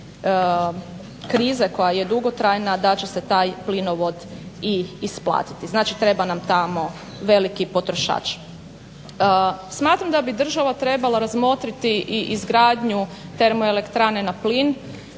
krize koja je dugotrajna da će se taj plinovod i isplatiti. Znači, treba nam tamo veliki potrošač. Smatram da bi država trebala razmotriti i izgradnju termoelektrane na plin